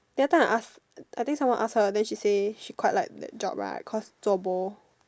that time I asked I think someone asked her then she say she quite like that job right cause job